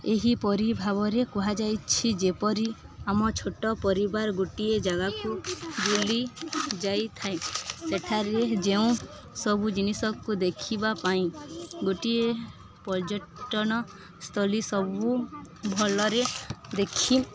ଏହିପରି ଭାବରେ କୁହାଯାଇଛି ଯେପରି ଆମ ଛୋଟ ପରିବାର ଗୋଟିଏ ଜାଗାକୁ ବୁଲି ଯାଇଥାଏ ସେଠାରେ ଯେଉଁ ସବୁ ଜିନିଷକୁ ଦେଖିବା ପାଇଁ ଗୋଟିଏ ପର୍ଯ୍ୟଟନସ୍ଥଳୀ ସବୁ ଭଲରେ ଦେଖି